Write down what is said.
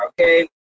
okay